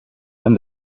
and